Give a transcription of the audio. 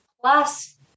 plus